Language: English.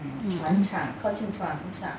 mm